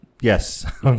yes